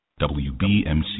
WBMC